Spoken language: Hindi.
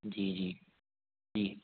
जी जी जी